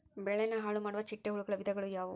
ಬೆಳೆನ ಹಾಳುಮಾಡುವ ಚಿಟ್ಟೆ ಹುಳುಗಳ ವಿಧಗಳು ಯಾವವು?